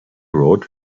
road